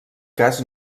cas